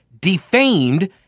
defamed